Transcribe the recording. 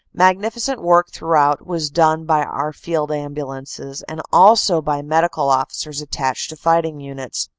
magnificent work throughout was done by our field ambulances, and also by l iiedical officers attached to fighting units.